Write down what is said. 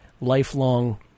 lifelong